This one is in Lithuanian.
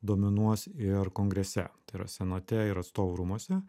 dominuos ir kongrese tai yra senate ir atstovų rūmuose